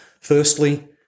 Firstly